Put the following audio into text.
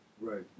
Right